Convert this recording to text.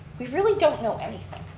we really don't know anything.